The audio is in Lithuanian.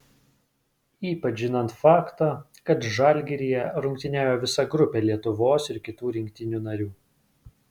ypač žinant faktą kad žalgiryje rungtyniauja visa grupė lietuvos ir kitų rinktinių narių